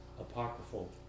apocryphal